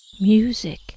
music